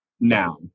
now